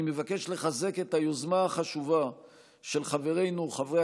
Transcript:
אני מבקש לחזק את היוזמה החשובה של חברינו חברי